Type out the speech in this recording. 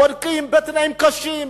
בודקים בתנאים קשים,